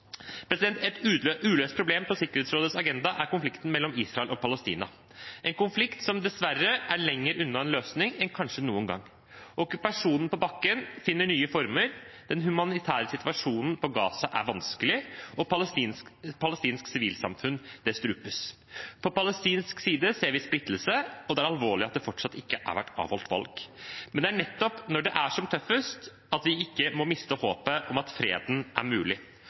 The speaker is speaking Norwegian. uløst problem på Sikkerhetsrådets agenda er konflikten mellom Israel og Palestina. Det er en konflikt som dessverre er lenger unna en løsning enn kanskje noen gang. Okkupasjonen på bakken finner nye former. Den humanitære situasjonen i Gaza er vanskelig, og palestinsk sivilsamfunn strupes. På palestinsk side ser vi splittelse, og det er alvorlig at det ennå ikke har vært avholdt valg. Men det er nettopp når det er som tøffest at vi ikke må miste håpet om at freden er mulig.